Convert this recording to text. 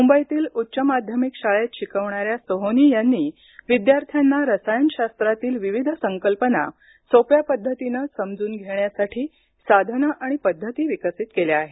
मुंबईतील उच्च माध्यमिक शाळेत शिकवणाऱ्या सोहोनी यांनी विद्यार्थ्यांना रसायनशास्त्रातील विविध संकल्पना सोप्या पद्धतीने समजून घेण्यासाठी साधनं आणि पद्धती विकसित केल्या आहेत